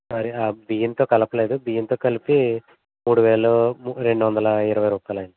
మరి ఆ బియ్యంతో కలపలేదు బియ్యంతో కలిపి మూడు వేలు రెండొందల ఇరవై రూపాయలు అయింది